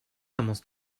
almost